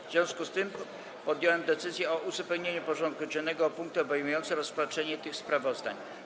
W związku z tym podjąłem decyzję o uzupełnieniu porządku dziennego o punkty obejmujące rozpatrzenie tych sprawozdań.